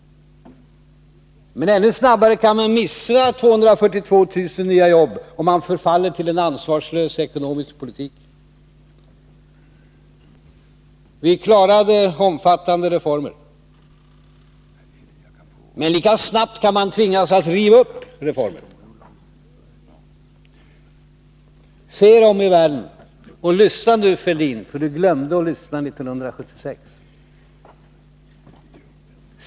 Men ännu snabbare kan man missa 242 000 nya jobb, om man förfaller till en ansvarslös ekonomisk politik. Vi klarade omfattande reformer. Men lika snabbt kan man tvingas att riva upp en mängd reformer.” — Lyssna nu, Thorbjörn Fälldin, för ni glömde att lyssna 1976!